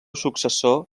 successor